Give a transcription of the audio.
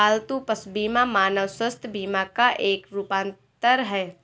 पालतू पशु बीमा मानव स्वास्थ्य बीमा का एक रूपांतर है